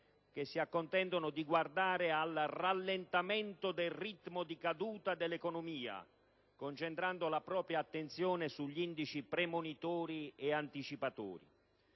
che si accontentano di guardare al rallentamento del ritmo di caduta dell'economia, concentrando la propria attenzione sugli indici premonitori e anticipatori;